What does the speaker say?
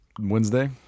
Wednesday